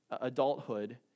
adulthood